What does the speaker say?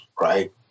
Right